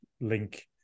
link